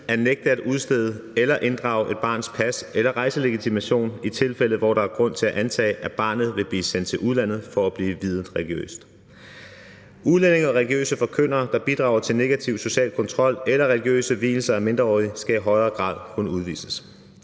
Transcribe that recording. at nægte at udstede eller inddrage et barns pas eller rejselegitimation i tilfælde, hvor der er grund til at antage, at barnet vil blive sendt til udlandet for at blive viet religiøst. Udlændinge og religiøse forkyndere, der bidrager til negativ social kontrol eller religiøse vielser af mindreårige, skal i højere grad kunne udvises,